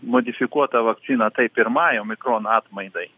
modifikuota vakcina tai pirmai omikron atmainai